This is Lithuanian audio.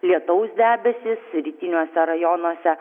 lietaus debesys rytiniuose rajonuose